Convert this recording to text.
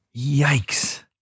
Yikes